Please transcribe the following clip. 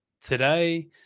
today